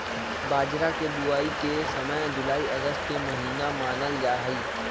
बाजरा के बुवाई के समय जुलाई अगस्त के महीना मानल जाहई